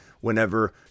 whenever